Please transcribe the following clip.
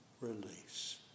release